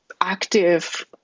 active